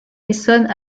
essonnes